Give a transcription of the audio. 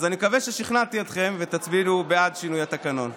אז אני מקווה ששכנעתי אתכם ותצביעו בעד שינוי התקנון.